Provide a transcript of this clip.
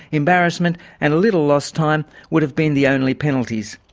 embarrassment and a little lost time would have been the only penalties.